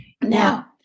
Now